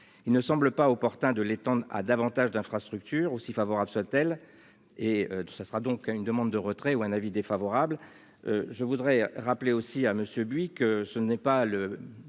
Il ne semble pas opportun de l'étendre à davantage d'infrastructures aussi favorable soit telle et tout ça sera donc une demande de retrait ou un avis défavorable. Je voudrais rappeler aussi à Monsieur Buy que ce n'est pas le